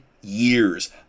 years